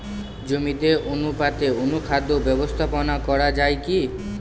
জমিতে অনুপাতে অনুখাদ্য ব্যবস্থাপনা করা য়ায় কি?